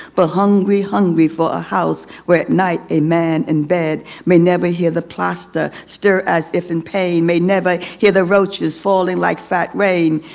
but hungry hungry for a house where at night a man in bed may never hear the plaster stir as if in pain. may never hear the roaches falling like fat rain.